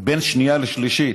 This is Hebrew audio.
בין שנייה לשלישית.